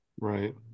right